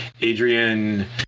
Adrian